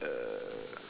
uh